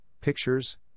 pictures